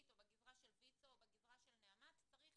או בגזרה של ויצ"ו או נעמת צריך